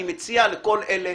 אני מציע לכל אלה,